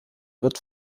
wird